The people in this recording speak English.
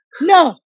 No